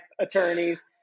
attorneys